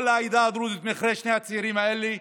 כל העדה הדרוזית ליד שני הצעירים האלה.